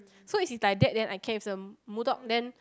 so is he like that then I can is a bull dog then